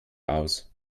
aus